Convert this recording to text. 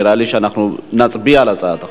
נראה לי שאנחנו נצביע על הצעת החוק.